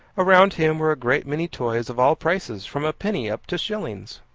around him were a great many toys of all prices, from a penny up to shillings.